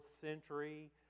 century